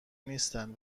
نیستن